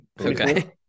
Okay